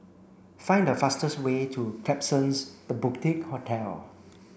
find the fastest way to Klapsons The Boutique Hotel